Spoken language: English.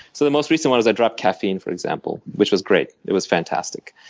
so the most recent was i dropped caffeine, for example, which was great. it was fantastic.